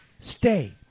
Stay